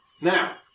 Now